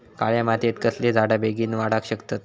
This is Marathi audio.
काळ्या मातयेत कसले झाडा बेगीन वाडाक शकतत?